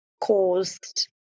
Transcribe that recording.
caused